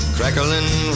Crackling